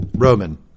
Roman